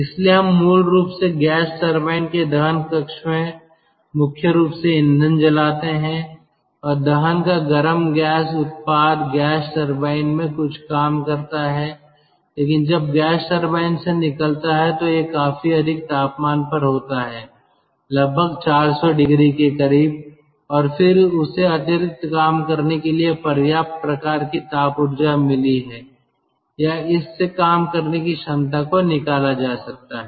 इसलिए हम मूल रूप से गैस टरबाइन के दहन कक्ष में मुख्य रूप से ईंधन जलाते हैं और दहन का गर्म गैस उत्पाद गैस टरबाइन में कुछ काम करता है लेकिन जब गैस टरबाइन से निकलता है तो यह काफी अधिक तापमान पर होता है लगभग 400 डिग्री के करीब और फिर उसे अतिरिक्त काम करने के लिए पर्याप्त प्रकार की ताप ऊर्जा मिली है या इस से काम करने की क्षमता को निकाला जा सकता है